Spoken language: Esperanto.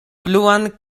pluan